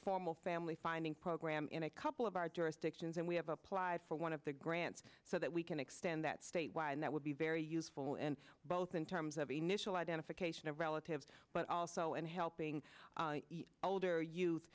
formal family finding program in a couple of our jurisdictions and we have applied for one of the grants so that we can extend that state why and that would be very useful and both in terms of a national identification of relatives but also in helping older youth